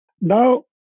Now